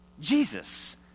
Jesus